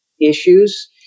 issues